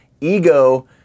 ego